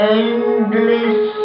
endless